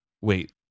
wait